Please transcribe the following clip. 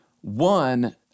One